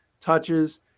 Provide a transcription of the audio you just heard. touches